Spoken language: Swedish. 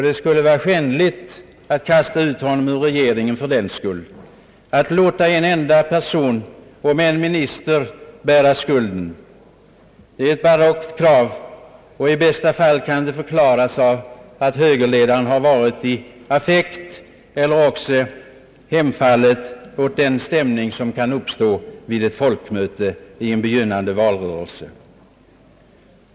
Det skulle vara skändligt att kasta ut honom ur regeringen fördenskull, att låta en enda person, om än minister, bära skulden, Det är ett barockt förslag. I bästa fall kan det förklaras av att högerledaren varit i affekt eller också hemfallit åt en stämning som kan uppstå vid ett folkmöte under en begynnande valrörelse.